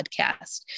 podcast